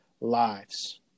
lives